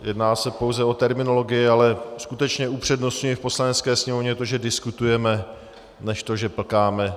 Jedná se pouze o terminologii, ale skutečně upřednostňuji v Poslanecké sněmovně to, že diskutujeme, než to, že plkáme.